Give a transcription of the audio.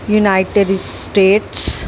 United States